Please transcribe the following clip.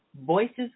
Voices